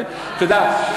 את יודעת,